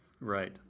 Right